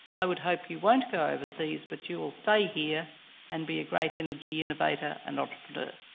i would hope you won't go overseas but you will stay here and be a great energy innovator and entrepreneur.